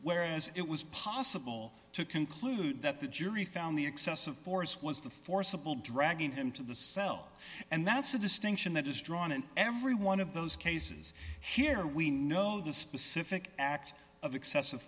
whereas it was possible to conclude that the jury found the excessive force was the forcible dragging him to the cell and that's a distinction that is drawn in every one of those cases here we know the specific act of excessive